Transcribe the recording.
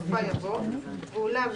בסופה יבוא "ואולם,